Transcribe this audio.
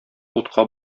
утка